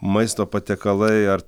maisto patiekalai ar